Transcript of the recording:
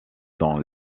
dans